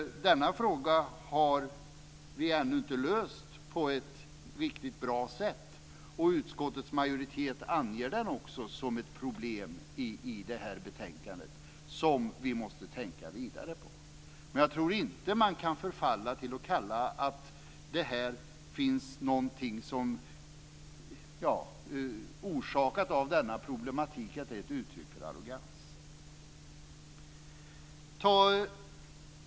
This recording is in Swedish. Denna fråga har vi ännu inte löst på ett riktigt bra sätt, och utskottsmajoriteten benämner det också i betänkandet som ett problem vi måste tänka på. Men jag tror inte att man bör förfalla till att säga att någonting som har orsakats av denna problematik är ett uttryck för arrogans.